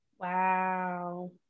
Wow